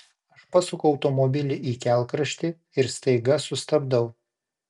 aš pasuku automobilį į kelkraštį ir staiga sustabdau